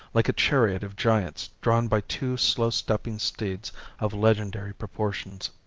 like a chariot of giants drawn by two slow-stepping steeds of legendary proportions.